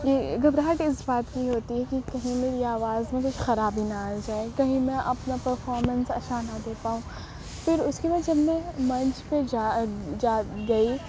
یہ گھبراہٹ اس بات کی ہوتی ہے کہ کہیں میری آواز میں کوئی خرابی نہ آ جائے کہیں میں اپنا پرفامنس اچھا نہ دے پاؤں پھر اس کے بعد جب میں منچ پہ جا جا گئی